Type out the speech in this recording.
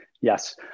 Yes